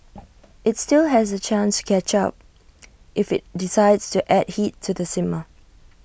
IT still has A chance to catch up if IT decides to add heat to the simmer